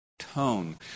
Tone